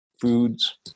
foods